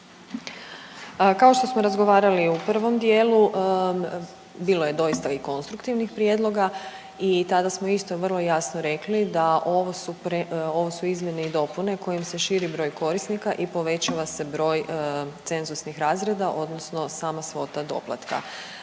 Kao što smo razgovarali u prvom dijelu bilo je doista i konstruktivnih prijedloga i tada smo isto vrlo jasno rekli da ovu su pre… ovo su izmjene i dopune kojim se širi broj korisnika i povećava se broj cenzusnih razreda odnosno sama svota doplatka.